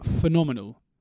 phenomenal